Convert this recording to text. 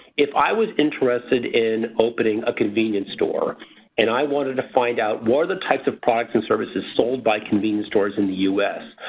if i was interested in opening a convenience store and i wanted to find out what are the types of products and services sold by convenience stores in the us,